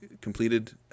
completed